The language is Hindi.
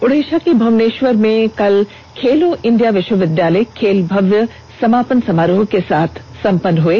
ओड़िसा के भ्वनेश्वर में कल खेलो इंडिया विश्वविद्यालय खेल भव्य समापन समारोह के साथ सम्पन्न हो गए